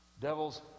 Devil's